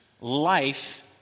life